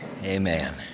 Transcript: Amen